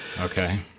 Okay